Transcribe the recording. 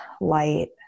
light